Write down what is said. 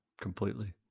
completely